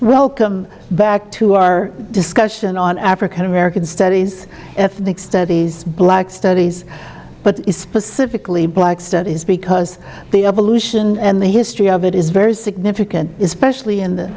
welcome back to our discussion on african american studies ethnic studies black studies but specifically black studies because the evolution and the history of it is very significant especially in the